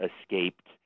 escaped